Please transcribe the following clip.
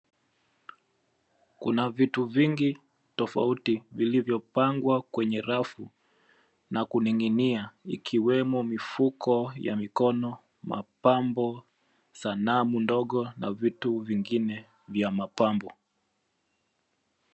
Kuna vitu vingi tofauti vilivyopangwa kwenye rafu na kuning'inia, ikiwemo mifuko ya mikono, mapambo, sanamu ndogo na vitu vingine vya mapambo.